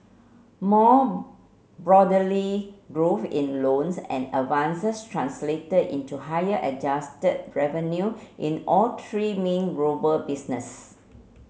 more broadly growth in loans and advances translated into higher adjusted revenue in all three main global business